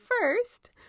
first